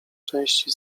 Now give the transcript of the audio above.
części